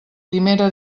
primera